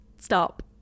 Stop